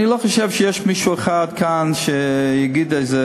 אני לא חושב שיש אדם אחד כאן שיגיד איזו